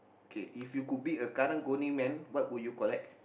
K if you could beat a karung-guni man what would you collect